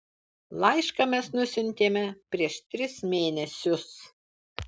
laišką mes nusiuntėme prieš tris mėnesius